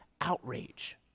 outrage